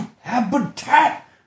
habitat